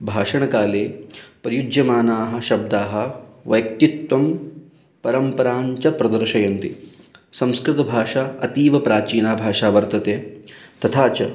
भाषणकाले प्रयुज्यमानाः शब्दाः व्यक्तित्वं परम्पराञ्च प्रदर्शयन्ति संस्कृतभाषा अतीव प्राचीना भाषा वर्तते तथा च